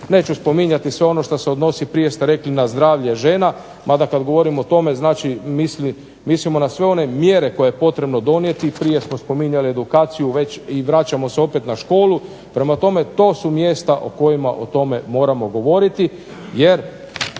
Neću spominjati sve ono što se odnosi prije ste rekli na zdravlje žena, mada kada govorimo o tome mislimo na sve one mjere koje je potrebno donijeti. Prije smo spominjali edukaciju već i vraćamo se opet na školu. Prema tome, to su mjesta o kojima o tome moramo govoriti jer